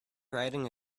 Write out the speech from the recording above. riding